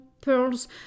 pearls